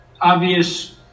obvious